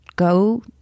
Go